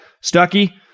Stucky